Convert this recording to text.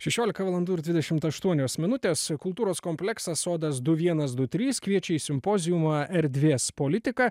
šešiolika valandų ir dvidešimt aštuonios minutės kultūros kompleksas sodas du vienas du trys kviečia į simpoziumą erdvės politika